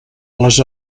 les